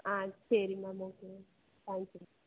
ஆ சரி மேம் ஓகேங்க தேங்க்யூ